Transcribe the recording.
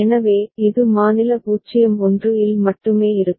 எனவே இது மாநில 0 1 இல் மட்டுமே இருக்கும்